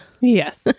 Yes